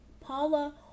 Paula